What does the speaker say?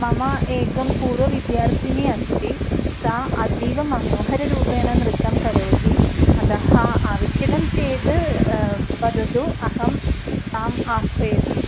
मम एकं पूर्वविद्यार्थिनी अस्ति सा अतीव मनोहररूपेण नृत्यं करोति अतः आवश्यकं चेद् वदतु अहं ताम् आह्वयामि